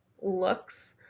looks